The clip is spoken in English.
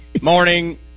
morning